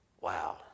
Wow